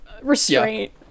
restraint